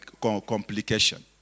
complication